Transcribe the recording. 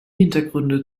hintergründe